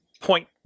point